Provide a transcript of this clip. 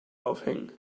aufhängen